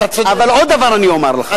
אבל עוד דבר אני אומר לך,